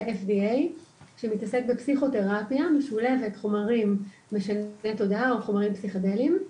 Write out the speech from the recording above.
FDA שמתעסק בפסיכותרפיה משולבת חומרים משני תודעה או חומרים פסיכדליים.